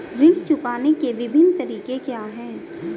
ऋण चुकाने के विभिन्न तरीके क्या हैं?